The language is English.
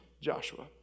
Joshua